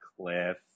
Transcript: cliff